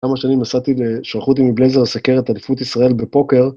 כמה שנים נסעתי... שלחו אותי מבלייזר לסקר את אליפות ישראל בפוקר...